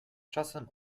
czasem